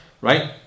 right